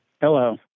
hello